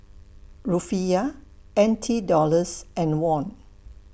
Rufiyaa N T Dollars and Won